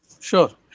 Sure